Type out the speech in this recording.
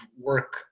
work